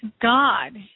God